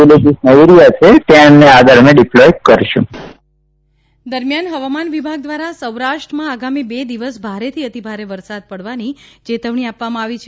પ્રજાપતિ દરમિયાન હવામાન વિભાગ દ્વારા સૌરાષ્ટ્રમાં આગામી બે દિવસ ભારેથી અતિભારે વરસાદ પડવાની ચેતવણી આપવામાં આવી છે